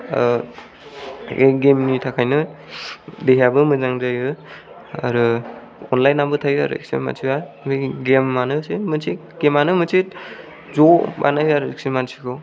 ओ गेम नि थाखायनो देहायाबो मोजां जायो आरो अनलाइन आवबो थायो आरोखि जे मानसिया बे गेम आनोसै मोनसे गेम आनो मोनसे ज' बानायो आरोखि मानसिखौ